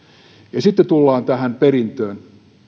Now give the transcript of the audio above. toimii sitten tullaan tähän perintöön